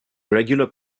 regular